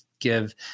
give